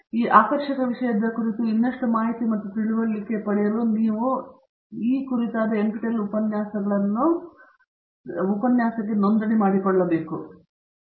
ಈ ಆಕರ್ಷಕ ವಿಷಯದ ಕುರಿತು ಇನ್ನಷ್ಟು ಮಾಹಿತಿ ಮತ್ತು ತಿಳುವಳಿಕೆ ಪಡೆಯಲು ನೀವು ಅದನ್ನು ನೋಡಲು ಸ್ವಾಗತಿಸುತ್ತೀರಿ